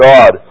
God